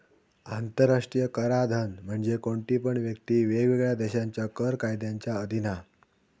आंतराष्ट्रीय कराधान म्हणजे कोणती पण व्यक्ती वेगवेगळ्या देशांच्या कर कायद्यांच्या अधीन हा